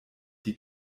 die